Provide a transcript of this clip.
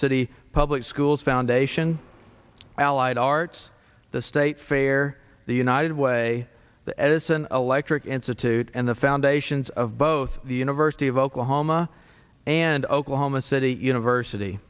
city public schools foundation allied arts the state fair the united way the edison electric institute and the foundations of both the university of oklahoma and oklahoma city university